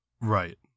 Right